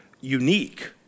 unique